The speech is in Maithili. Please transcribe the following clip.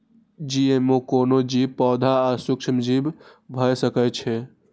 जी.एम.ओ कोनो जीव, पौधा आ सूक्ष्मजीव भए सकै छै